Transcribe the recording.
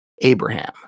Abraham